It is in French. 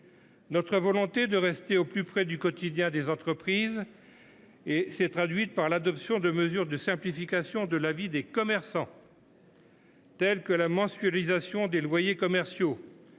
Notre volonté de rester au plus près du quotidien des entreprises s’est traduite par l’adoption de mesures de simplification de la vie des commerçants, telles que la mensualisation des loyers commerciaux,